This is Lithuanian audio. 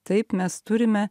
taip mes turime